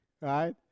right